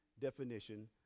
definition